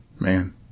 Man